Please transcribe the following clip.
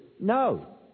No